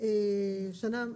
או שנה,